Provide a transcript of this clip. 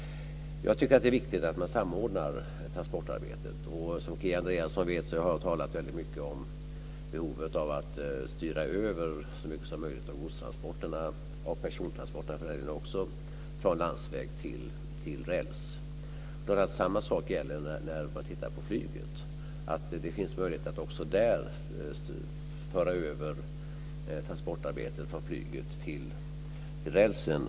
Jag tycker att det är viktigt att man samordnar transportarbetet. Och som Kia Andreasson vet har jag talat väldigt mycket om behovet av att styra över så mycket som möjligt av godstransporterna, och för den delen även av persontransporterna, från landsväg till räls. Det är klart att samma sak gäller när man tittar på flyget, att det finns möjlighet att också där föra över transportarbete från flyget till rälsen.